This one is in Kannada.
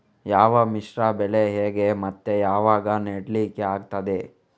ಯಾವ ಮಿಶ್ರ ಬೆಳೆ ಹೇಗೆ ಮತ್ತೆ ಯಾವಾಗ ನೆಡ್ಲಿಕ್ಕೆ ಆಗ್ತದೆ?